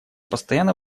постоянно